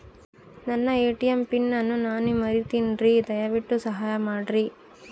ನನ್ನ ATM PIN ಅನ್ನು ನಾನು ಮರಿತಿನ್ರಿ, ದಯವಿಟ್ಟು ಸಹಾಯ ಮಾಡ್ರಿ